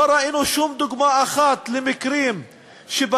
לא ראינו שום דוגמה אחת למקרים שבהם